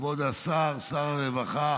כבוד השר, שר הרווחה